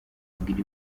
abwira